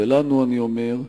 ולנו אני אומר: